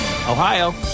Ohio